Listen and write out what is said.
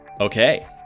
okay